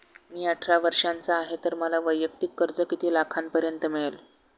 मी अठरा वर्षांचा आहे तर मला वैयक्तिक कर्ज किती लाखांपर्यंत मिळेल?